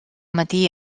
matí